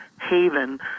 haven